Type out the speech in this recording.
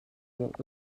what